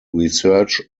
research